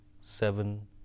seven